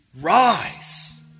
rise